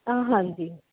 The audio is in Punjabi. ਹਾਂਜੀ